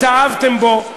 התאהבתם בו.